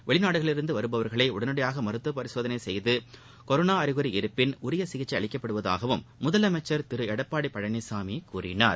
வெளிநாடுகளிலிருந்து வருபவர்களை உடனடியாக மருத்துவ பரிசோதனை செய்து கொரோனா அறிகுறி இருப்பின் உரிய சிகிச்சை அளிக்கப்படுவதாகவும் முதலமைச்சர் திரு எடப்பாடி பழனிசாமி கூறினார்